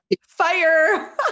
fire